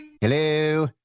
Hello